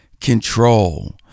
control